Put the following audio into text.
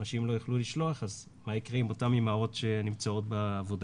אנשים לא יוכלו לשלוח אז מה יקרה עם אותן אימהות שנמצאות בעבודה?